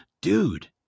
dude